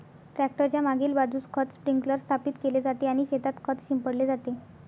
tractor च्या मागील बाजूस खत स्प्रिंकलर स्थापित केले जाते आणि शेतात खत शिंपडले जाते